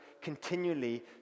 continually